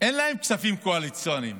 אין להם כספים קואליציוניים.